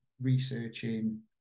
researching